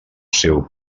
seu